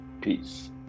Peace